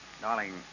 Darling